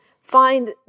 find